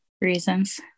reasons